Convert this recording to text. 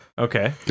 Okay